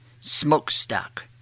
smokestack